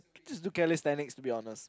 just do calisthenics to be honest